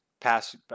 pass